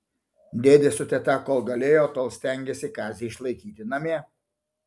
dėdė su teta kol galėjo tol stengėsi kazį išlaikyti namie